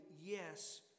yes